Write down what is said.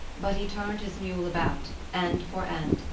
but he turned his mule about, end for end,